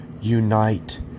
unite